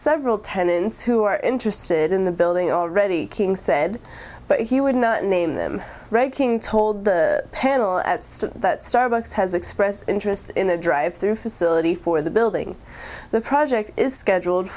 several tenants who are interested in the building already king said but he wouldn't name them reg king told the panel at that starbucks has expressed interest in the drive through facility for the building the project is scheduled